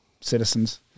citizens